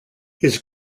his